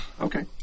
Okay